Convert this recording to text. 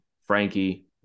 Frankie